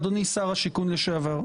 אדוני שר השיכון לשעבר,